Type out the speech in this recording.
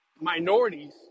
minorities